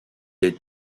est